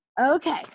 Okay